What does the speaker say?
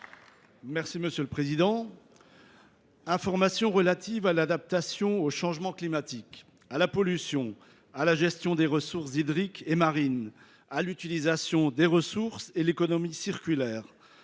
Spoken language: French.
Les Républicains. Informations relatives à l’adaptation au changement climatique, à la pollution, à la gestion des ressources hydriques et marines, à l’utilisation des ressources et à l’économie circulaire